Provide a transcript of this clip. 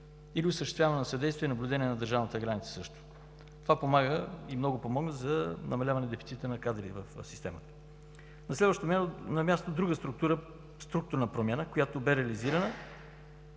или по осъществяване на съдействие и наблюдение на държавната граница. Това помага и много помогна за намаляване на дефицита на кадри в системата. На следващо място, другата структурна промяна, която бе реализирана,